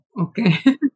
okay